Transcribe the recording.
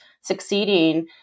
succeeding